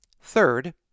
Third